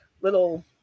little